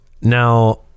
Now